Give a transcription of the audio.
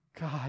God